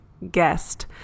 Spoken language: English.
guest